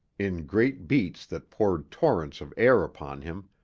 in great beats that poured torrents of air upon him,